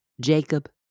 Jacob